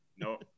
No